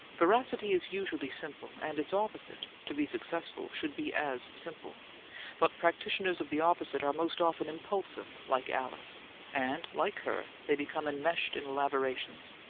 veracity is usually simple and its opposite, to be successful, should be as simple but practitioners of the opposite are most often impulsive, like alice and, like her, they become enmeshed in elaborations.